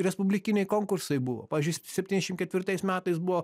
respublikiniai konkursai buvo pavyzdžiui septyniasšim ketvirtais metais buvo